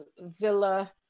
Villa